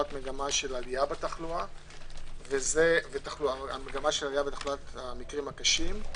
למגמה של עלייה בתחלואת המקרים הקשים.